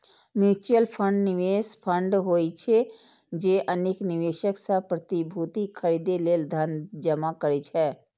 mutual fund निवेश fund होइ छै, जे अनेक निवेशक सं प्रतिभूति खरीदै लेल धन जमा करै छै